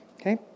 Okay